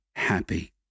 happy